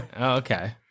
Okay